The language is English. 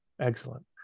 Excellent